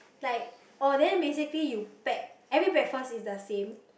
like oh basically you pack every breakfast is the same